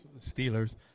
Steelers